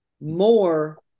more